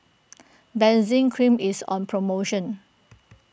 Benzac Cream is on promotion